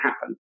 happen